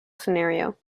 scenario